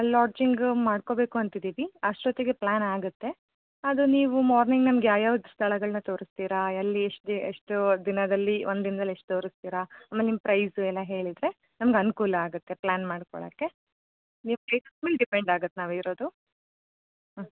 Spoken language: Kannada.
ಲಾಡ್ಜಿಂಗ ಮಾಡ್ಕೋಬೇಕು ಅಂತಿದ್ದೀವಿ ಅಷ್ಟೊತ್ತಿಗೆ ಪ್ಲಾನ್ ಆಗುತ್ತೆ ಆದರೆ ನೀವು ಮಾರ್ನಿಂಗ್ ನಮಗೆ ಯಾಯಾವ್ದು ಸ್ಥಳಗಳನ್ನ ತೋರಿಸ್ತೀರಾ ಎಲ್ಲಿ ಎಷ್ಟು ಎಷ್ಟು ದಿನದಲ್ಲಿ ಒಂದು ದಿನದಲ್ಲಿ ಎಷ್ಟು ತೋರಿಸ್ತೀರಾ ಆಮೇಲೆ ನಿಮ್ಮ ಪ್ರೈಸು ಎಲ್ಲ ಹೇಳಿದರೆ ನಮಗೆ ಅನುಕೂಲ ಆಗುತ್ತೆ ಪ್ಲಾನ್ ಮಾಡ್ಕೊಳ್ಳೋಕ್ಕೆ ನೀವು ಹೇಳಿದ್ಮೇಲೆ ಡಿಪೆಂಡಾಗುತ್ತೆ ನಾವು ಇರೋದು ಹ್ಞೂ